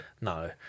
No